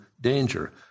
danger